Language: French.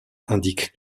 indique